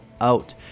out